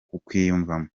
kukwiyumvamo